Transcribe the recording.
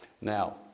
Now